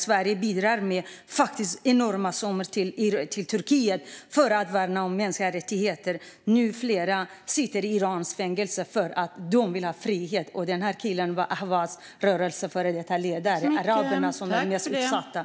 Sverige bidrar faktiskt med enorma summor till Turkiet för att värna mänskliga rättigheter. Nu sitter flera människor i iranskt fängelse för att de vill ha frihet. Den här killen var tidigare ledare för rörelsen för Ahvaz befrielse. Det är araberna som är mest utsatta.